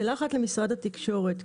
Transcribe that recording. שאלה אחת למשרד התקשורת.